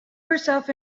herself